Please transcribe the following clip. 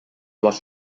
was